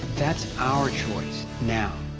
that's our choice, now!